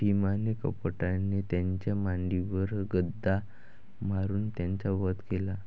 भीमाने कपटाने त्याच्या मांडीवर गदा मारून त्याचा वध केला